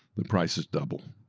the price is double.